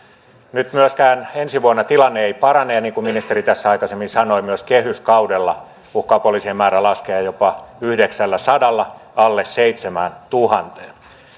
nyt myöskään ensi vuonna tilanne ei parane ja niin kuin ministeri tässä aikaisemmin sanoi myös kehyskaudella uhkaa poliisien määrä laskea jopa yhdeksälläsadalla alle seitsemääntuhanteen